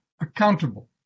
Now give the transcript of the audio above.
accountable